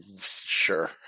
sure